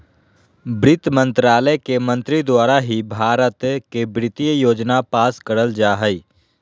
वित्त मन्त्रालय के मंत्री द्वारा ही भारत के वित्तीय योजना पास करल जा हय